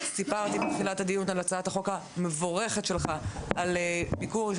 סיפרתי בתחילת הדיון על הצעת החוק המבורכת שלך על ביקור ילדי אסירים.